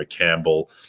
Campbell